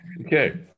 Okay